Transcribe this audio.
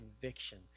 conviction